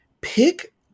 pick